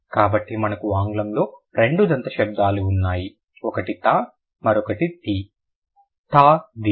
కాబట్టి మనకు ఆంగ్లంలో రెండు దంత శబ్దాలు ఉన్నాయి ఒకటి థా మరొకటి ది థా ది